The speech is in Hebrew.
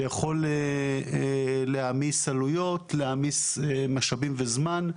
זה יכול להעמיס עלויות, להעמיס משאבים וזמן.